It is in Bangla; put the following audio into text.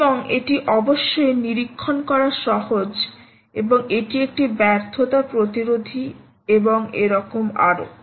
এবং এটি অবশ্যই নিরীক্ষণ করা সহজ এবং এটি একটি ব্যর্থতা প্রতিরোধী এবং এরকম আরো